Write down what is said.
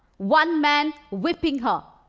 one man whipping her.